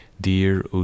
Dear